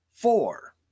Four